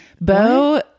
Bo